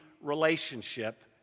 relationship